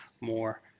more